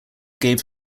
gave